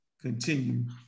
continue